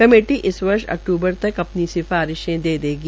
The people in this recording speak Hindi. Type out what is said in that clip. कमेटी इस वर्ष अक्तूबर तक अपनी सिफारिशें दे देगी